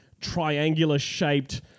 triangular-shaped